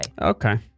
Okay